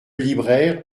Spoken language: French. libraire